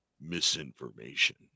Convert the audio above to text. misinformation